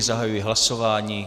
Zahajuji hlasování.